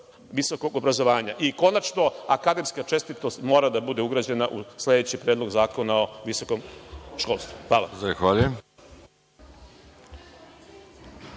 visokog obrazovanja. Konačno, akademska čestitost mora da bude ugrađena u sledeći predlog zakona o visokom školstvu. Hvala.